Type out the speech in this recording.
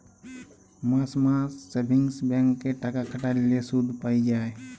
মাস মাস savings bank এ টাকা খাটাল্যে শুধ পাই যায়